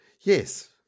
Yes